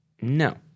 No